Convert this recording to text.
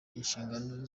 inshingano